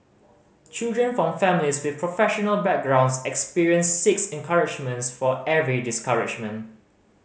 children from families with professional backgrounds experienced six encouragements for every discouragement